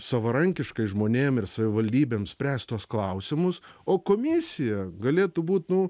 savarankiškai žmonėm ir savivaldybėm spręst tuos klausimus o komisija galėtų būt nu